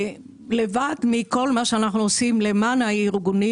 לבד מכל מה שאנחנו עושים למען הארגונים,